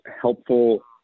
helpful